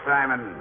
Simon